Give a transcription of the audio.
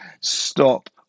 stop